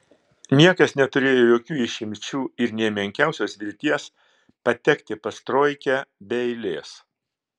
niekas neturėjo jokių išimčių ir nė menkiausios vilties patekti pas troikę be eilės